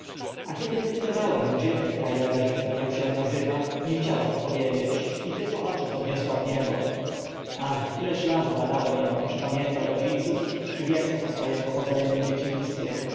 a kiedy wypytywałem gdzie ten kra leży ak się nazywa nie chciała odpowiedzieć i tylko oczy podniosła w niebo ach ileż razy badałem ą czy pamięta rodziców czy wie co o swoim pochodzeniu i dzieciństwie